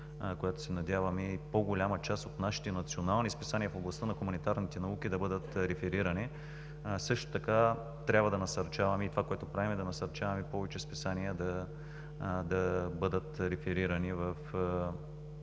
наука. Надяваме се и по-голяма част от нашите национални списания в областта на хуманитарните науки да бъдат реферирани. Също така трябва да насърчаваме и това, което правим, е да насърчаваме повече списания да бъдат реферирани в тези